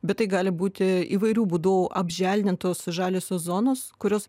bet tai gali būti įvairiu būdu apželdintos žaliosios zonos kurios